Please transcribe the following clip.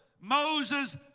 Moses